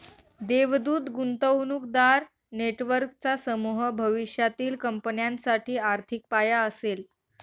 देवदूत गुंतवणूकदार नेटवर्कचा समूह भविष्यातील कंपन्यांसाठी आर्थिक पाया असेल